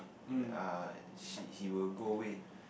uh she he will go away